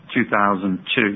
2002